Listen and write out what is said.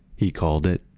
he called it,